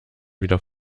wieder